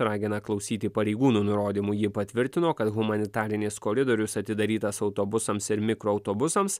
ragina klausyti pareigūnų nurodymų ji patvirtino kad humanitarinis koridorius atidarytas autobusams ir mikroautobusams